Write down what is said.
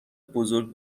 بزرگ